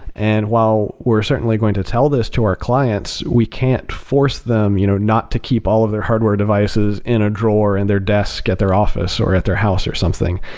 and while we're certainly going to tell this to our clients, we can't force them you know not to keep all of their hardware devices in a drawer in and their desk at their office or at their house or something,